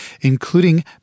including